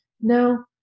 No